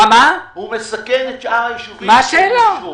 מה השאלה.